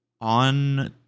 On